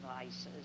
devices